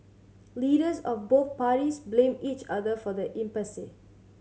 leaders of both parties blamed each other for the impasse